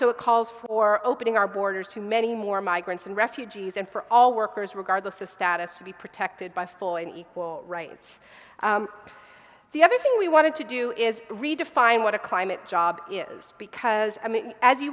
so it calls for opening our borders to many more migrants and refugees and for all workers regardless of status to be protected by full and equal rights the other thing we wanted to do is redefine what a climate job is because